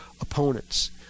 opponents